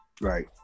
Right